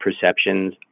perceptions